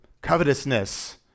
covetousness